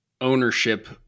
ownership